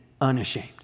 unashamed